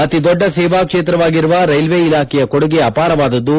ಅತಿ ದೊಡ್ಡ ಸೇವಾ ಕ್ಷೇತ್ರವಾಗಿರುವ ರೈಲ್ವೆ ಇಲಾಖೆಯ ಕೊಡುಗೆ ಅಪಾರವಾದದ್ದು